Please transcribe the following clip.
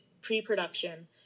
pre-production